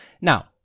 Now